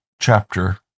chapter